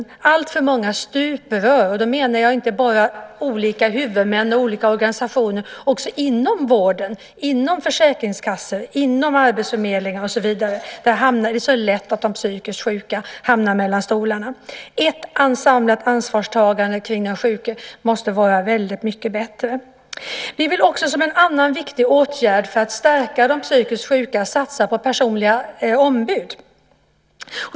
Det finns alltför många stuprör, och då menar jag inte bara olika huvudmän och olika organisationer utan också inom vården, inom försäkringskassor, inom arbetsförmedlingar och så vidare. Det är så lätt att de psykiskt sjuka hamnar mellan stolarna där. Ett ansamlat ansvarstagande kring den sjuke måste vara mycket bättre. Vi vill också, som en annan viktig åtgärd för att stärka de psykiskt sjuka, satsa på personliga ombud.